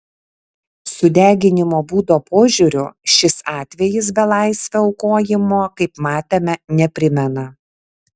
sudeginimo būdo požiūriu šis atvejis belaisvio aukojimo kaip matėme neprimena